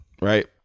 right